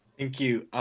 thank you.